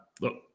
Look